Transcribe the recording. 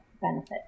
benefit